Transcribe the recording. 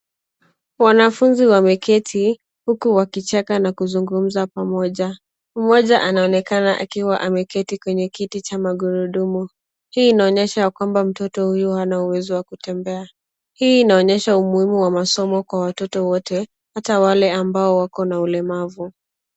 Wanafuzi wameketi uku wakicheka kuzungumza pamoja. Mmoja anaonekana akiwa ameketi kwenye kiti cha magurudumu, hii inaonyesha ya kwamba mtoto huyu hana uwezo wa kutembea. Hii inaonyesha umuhimu wa masomo kwa watoto wote ata wale ambao wakona ulemavu.